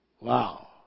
Wow